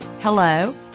hello